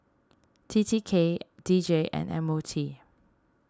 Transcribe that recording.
T T K D J and M O T